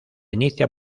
inicia